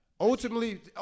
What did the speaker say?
Ultimately